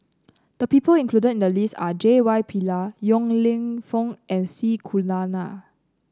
the people included in the list are J Y Pillay Yong Lew Foong and C Kunalan